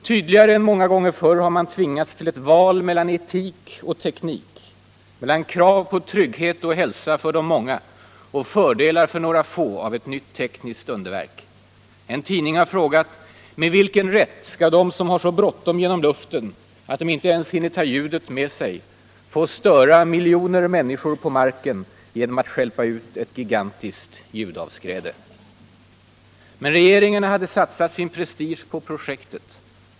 Tydligare än många gånger förr har man tvingats till ”ett val mellan etik och teknik”, mellan krav på trygghet och hälsa för de många och fördelar för några få av ett nytt tekniskt underverk. En tidning har frågat: Med vilken rätt skall de som har så bråttom genom luften att de inte ens hinner ta ljudet med sig få störa miljoner människor på marken genom att stjälpa ut ett gigantiskt ljudavskräde? Men regeringarna har satsat sin prestige på projektet.